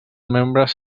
membres